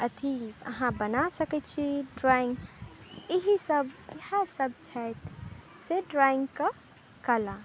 अथी अहाँ बना सकैत छी ड्रॉइंग एहि सब इएह सब छथि से ड्रॉइंग के कला